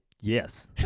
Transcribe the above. Yes